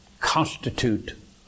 constitute